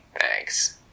Thanks